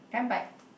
can I bite